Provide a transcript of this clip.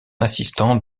assistant